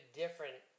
different